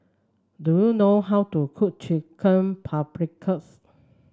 do you know how to cook Chicken Paprikas